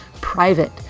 private